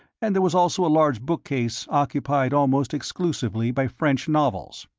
and there was also a large bookcase occupied almost exclusively by french novels.